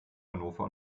hannover